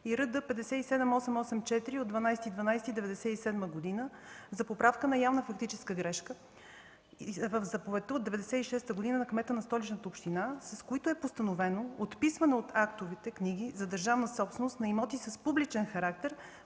и № РД-57-884 от 12 декември 1997 г. за поправка на явна фактическа грешка в заповедта от 1996 г. на кмета на Столичната община, с които е постановено отписване от актовите книги за държавна собственост на имоти с публичен характер